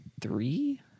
three